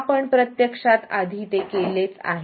आपण प्रत्यक्षात ते आधीच केले आहे